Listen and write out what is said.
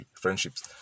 friendships